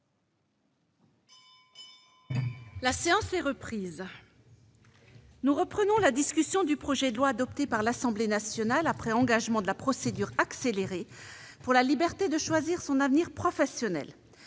La séance est reprise. Nous poursuivons la discussion du projet de loi, adopté par l'Assemblée nationale après l'engagement de la procédure accélérée, pour la liberté de choisir son avenir professionnel.